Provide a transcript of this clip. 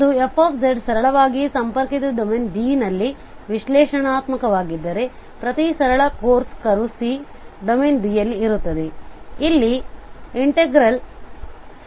ಅದು f ಸರಳವಾಗಿ ಸಂಪರ್ಕಿತ ಡೊಮೇನ್ D ನಲ್ಲಿ ವಿಶ್ಲೇಷಣಾತ್ಮಕವಾಗಿದ್ದರೆ ಪ್ರತಿ ಸರಳ close curve C domain D ಯಲ್ಲಿರುತ್ತದೆ